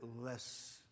less